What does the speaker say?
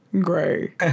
gray